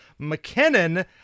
McKinnon